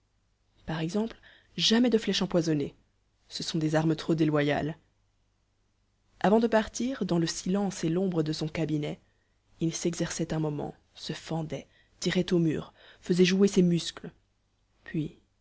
par exemple jamais de flèche empoisonnée ce sont des armes trop déloyales avant de partir dans le silence et l'ombre de son cabinet il s'exerçait un moment se fendait tirait au mur faisait jouer ses muscles puis